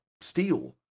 steel